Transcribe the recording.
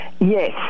Yes